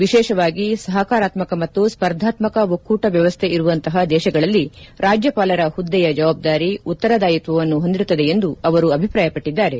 ವಿಶೇಷವಾಗಿ ಸಹಕಾರಾತ್ಮಕ ಮತ್ತು ಸ್ಪರ್ಧಾತ್ಮಕ ಒಕ್ಕೂಟ ವ್ಯವಸ್ಥೆ ಇರುವಂತಹ ದೇಶಗಳಲ್ಲಿ ರಾಜ್ಯಪಾಲರ ಹುದ್ದೆಯ ಜವಾಬ್ದಾರಿ ಉತ್ತರದಾಯಿತ್ವವನ್ನು ಹೊಂದಿರುತ್ತದೆ ಎಂದು ಅವರು ಅಭಿಪ್ರಾಯಪಟ್ಟಿದ್ದಾರೆ